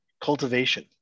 cultivation